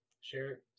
Share